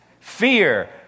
Fear